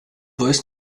voice